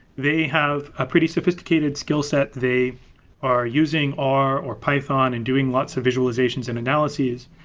they have a pretty sophisticated skillset. they are using r or python and doing lots of visualizations and analyses.